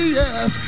yes